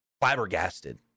flabbergasted